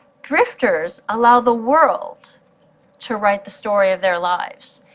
drifters allow the world to write the story of their lives.